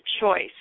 choice